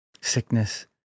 sickness